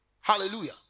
hallelujah